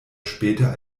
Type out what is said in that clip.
später